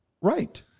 right